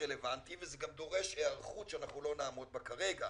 רלוונטי וזה גם דורש היערכות שאנחנו לא נעמוד בה כרגע